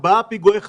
וארבעה פיגועי חטיפה.